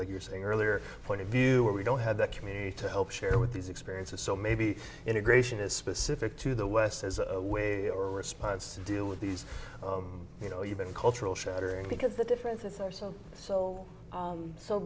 like you're saying earlier point of view we don't have that commute to help share with these experiences so maybe integration is specific to the west as a way or response to deal with these you know human cultural shattering because the differences are so so